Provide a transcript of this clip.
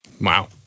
Wow